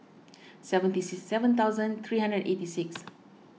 seventy six seven thousand three hundred and eighty six